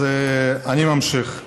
אז אני ממשיך.